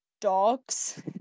dogs